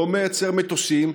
לא מייצר מטוסים,